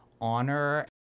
honor